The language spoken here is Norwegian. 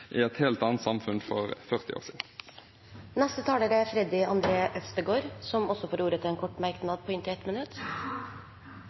i et helt annet samfunn, for 40 år siden. Representanten Freddy André Øvstegård har hatt ordet to ganger tidligere og får ordet til en kort